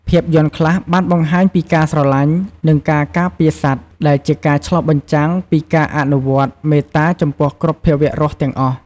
ភាពយន្តខ្លះបានបង្ហាញពីការស្រលាញ់ និងការការពារសត្វ ដែលជាការឆ្លុះបញ្ចាំងពីការអនុវត្តមេត្តាចំពោះគ្រប់ភាវៈរស់ទាំងអស់។